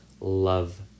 love